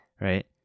right